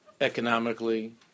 economically